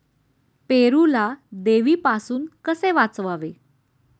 पेरूला देवीपासून कसे वाचवावे?